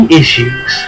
issues